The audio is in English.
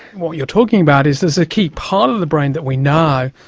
what you're talking about is there's a key part of the brain that we know,